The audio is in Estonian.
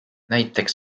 näiteks